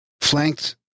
flanked